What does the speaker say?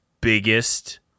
biggest